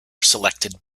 selected